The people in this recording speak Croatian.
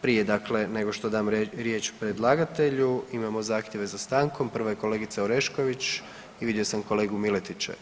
Prije dakle nego što dam riječ predlagatelju imamo zahtjeve za stankom, prva je kolegica Orešković i vidio sam kolegu Miletića.